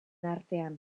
artean